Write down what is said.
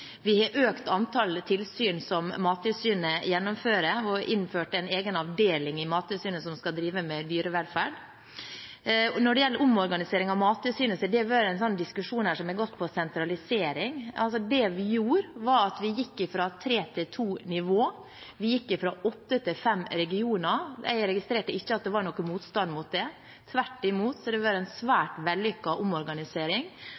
Vi har økt antallet tilsyn som Mattilsynet gjennomfører, og innført en egen avdeling i Mattilsynet som skal drive med dyrevelferd. Når det gjelder omorganisering av Mattilsynet, har det vært en diskusjon som har handlet om sentralisering. Det vi gjorde, var at vi gikk fra tre til to nivå. Vi gikk fra åtte til fem regioner – jeg registrerte ikke at det var noen motstand mot det. Tvert imot har det vært en svært vellykket omorganisering